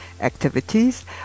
activities